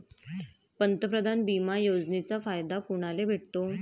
पंतप्रधान बिमा योजनेचा फायदा कुनाले भेटतो?